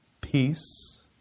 Peace